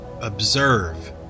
observe